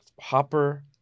Hopper